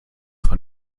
von